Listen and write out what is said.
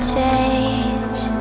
change